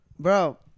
Bro